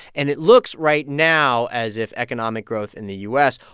and it looks right now as if economic growth in the u s.